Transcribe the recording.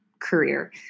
career